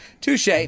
Touche